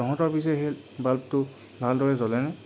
তহঁতৰ পিছে সেই বাল্বটো ভালদৰে জ্বলেনে